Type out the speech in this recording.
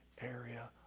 area